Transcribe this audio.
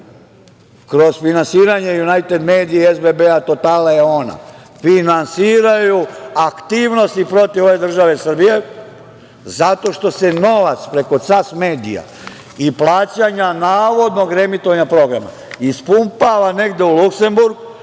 kroz finansiranje "Junajted medije", "SBB", "Totala", "Eona", finansiraju aktivnosti protiv ove države Srbije zato što se novac preko "Cas medija" i plaćanja navodnog reemitovanja programa ispumpava negde u Luksemburg